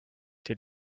did